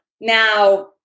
Now